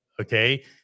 Okay